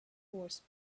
horse